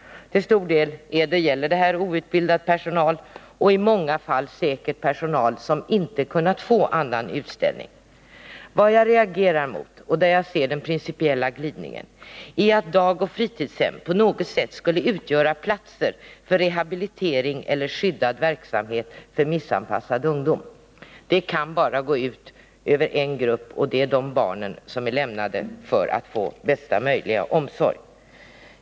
Till stor del gäller detta outbildad personal och i många fall säkert personal som inte har kunnat få annan anställning. Vad jag reagerar emot, och där ser jag den principiella glidningen, är att dagoch fritidshem på något sätt utgör platser för rehabilitering eller skyddad verksamhet för missanpassad ungdom. Detta kan bara gå ut över en grupp, nämligen barnen som har lämnats för att få bästa möjliga omsorg.